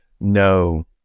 no